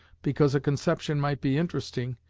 because a conception might be interesting,